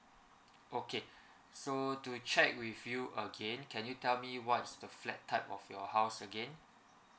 okay so to check with you again can you tell me what's the flat type of your house again